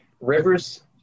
Rivers